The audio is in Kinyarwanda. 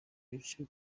bice